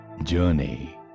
journey